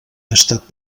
estat